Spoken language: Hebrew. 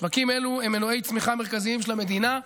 שווקים אלו הם מנועי צמיחה מרכזיים של המדינה,